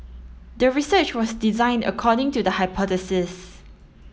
the research was designed according to the hypothesis